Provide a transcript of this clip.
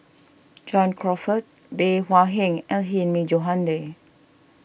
John Crawfurd Bey Hua Heng and Hilmi Johandi